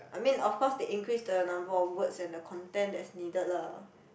I mean of course they increase the number of words and the content that's needed lah